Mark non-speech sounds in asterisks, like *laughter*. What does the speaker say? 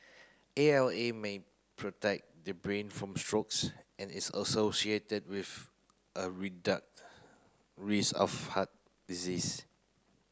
A L A may protect the brain from strokes and is associated with a *unintelligible* risk of heart disease